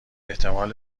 احتمال